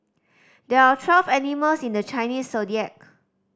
there are twelve animals in the Chinese Zodiac